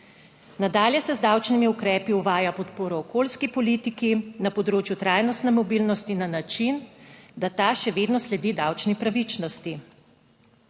Nadalje se z davčnimi ukrepi uvaja podporo okoljski politiki na področju trajnostne mobilnosti na način, da ta še vedno sledi davčni pravičnosti.